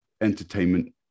entertainment